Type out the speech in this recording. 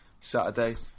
Saturday